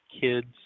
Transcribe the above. kids